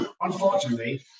unfortunately